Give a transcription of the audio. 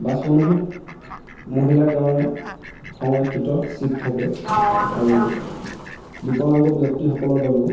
বাছসমূহত মহিলাৰ কাৰণে সংৰক্ষিত চিট থাকে আৰু বিকলাংগ ব্যক্তিসকলৰ বাবেও